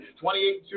28-2